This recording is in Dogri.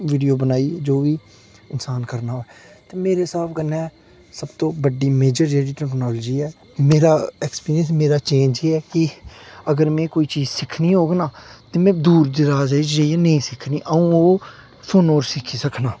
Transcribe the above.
वीडियो बनाई जो बी इंसान करना ते मेरे स्हाब कन्नै सब तो बड्डी मेजर जेह्ड़ी टेक्नोलॉजी ऐ मेरा एक्सपीरियंस मेरा चेंज एह् ऐ कि अगर में कोई चीज़ सिक्खनी होग ना ते में दूर दराज जाइयै नेईं सिक्खनी अ'ऊं ओह् फोनो 'र सिक्खी सकना